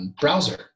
browser